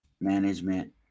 Management